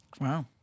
Wow